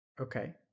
Okay